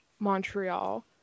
Montreal